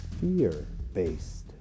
Fear-based